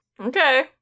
okay